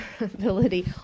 ability